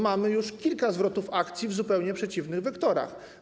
Mamy kilka zwrotów akcji o zupełnie przeciwnych wektorach.